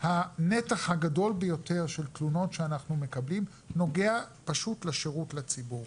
הנתח הגדול ביותר של תלונות שאנחנו מקבלים נוגע פשוט לשירות לציבור.